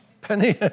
Penny